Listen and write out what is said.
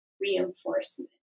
reinforcement